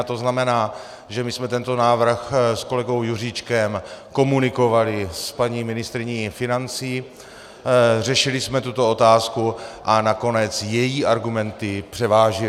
To znamená, že my jsme tento návrh s kolegou Juříčkem komunikovali s paní ministryní financí, řešili jsme tuto otázku a nakonec její argumenty převážily.